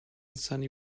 sunny